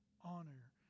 Honor